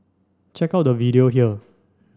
check out the video here